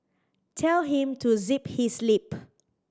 tell him to zip his lip